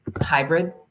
hybrid